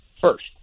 first